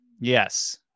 Yes